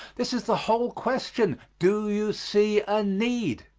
this is the whole question do you see a need?